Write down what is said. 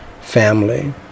Family